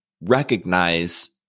recognize